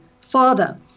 father